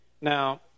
Now